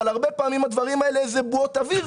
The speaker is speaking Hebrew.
אבל הרבה פעמים הדברים האלה הם בועות אוויר.